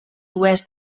oest